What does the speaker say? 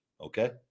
Okay